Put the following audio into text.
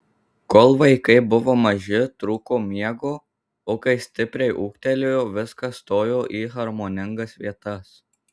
kol vaikai buvo maži trūko miego o kai stipriai ūgtelėjo viskas stojo į harmoningas vietas